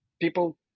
people